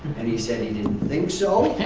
and he said he didn't think so,